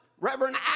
Reverend